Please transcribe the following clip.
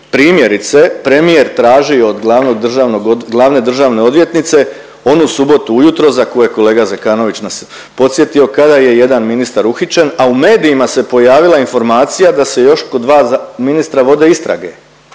primjerice premijer tražio od glavne države odvjetnice onu subotu u jutro za koju je kolega Zekanović nas podsjetio kada je jedan ministar uhićen, a u medijima se pojavila informacija da se još kod dva ministra vode istrage